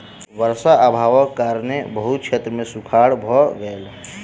वर्षा अभावक कारणेँ बहुत क्षेत्र मे सूखाड़ भ गेल